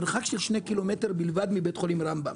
מרחק של 2 ק"מ בלבד מבית חולים רמב"ם.